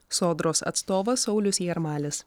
sodros atstovas saulius jarmalis